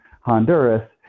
Honduras